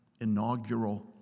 inaugural